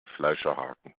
fleischerhaken